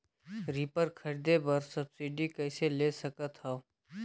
Reaper खरीदे बर subsidy कइसे ले सकथव?